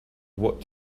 what